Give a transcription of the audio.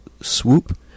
swoop